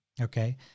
Okay